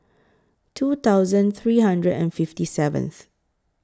two thousand three hundred and fifty seventh